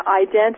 identity